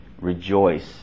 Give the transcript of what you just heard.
rejoice